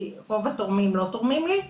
כי רוב התורמים לא תורמים לי,